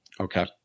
Okay